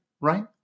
right